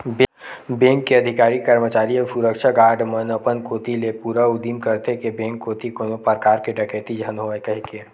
bank के अधिकारी, करमचारी अउ सुरक्छा गार्ड मन अपन कोती ले पूरा उदिम करथे के बेंक कोती कोनो परकार के डकेती झन होवय कहिके